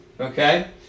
Okay